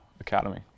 Academy